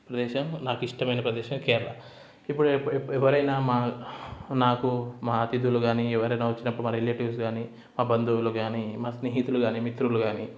ప్రదేశం నాకు ఇష్టమైన ప్రదేశం కేరళ ఇపు ఇపు ఎవరైనా మా నాకు మా అతిథులు కాని ఎవరైనా వచ్చినప్పుడు మా రిలేటివ్స్ కానీ మా బంధువులు కానీ మా స్నేహితులు కానీ మిత్రులు కానీ